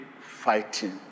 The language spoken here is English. fighting